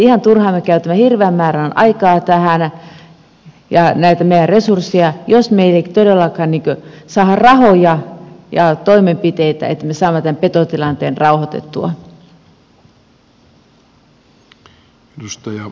ihan turhaan me käytämme hirveän määrän aikaa ja näitä meidän resurssejamme tähän jos me emme todellakaan saa rahoja ja toimenpiteitä että me saamme tämän petotilanteen rauhoitettua